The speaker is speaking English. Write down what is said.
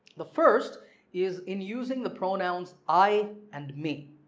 the first is in using the pronouns i and me.